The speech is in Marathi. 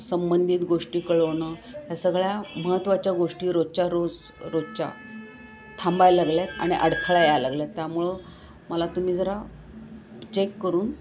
संबंधित गोष्टी कळवणं ह्या सगळ्या महत्त्वाच्या गोष्टी रोजच्या रोज रोजच्या थांबायला लागल्यात आणि अडथळा यायलागल्यात त्यामुळं मला तुम्ही जरा चेक करून